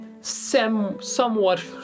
somewhat